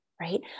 Right